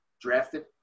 drafted